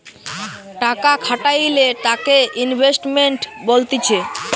টাকা খাটাইলে তাকে ইনভেস্টমেন্ট বলতিছে